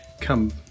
come